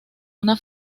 una